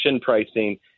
pricing